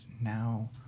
now